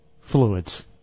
fluids